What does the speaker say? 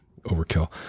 overkill